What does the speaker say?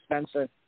expensive